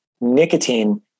nicotine